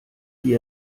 die